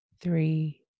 three